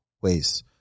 ways